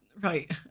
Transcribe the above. Right